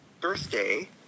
birthday